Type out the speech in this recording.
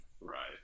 right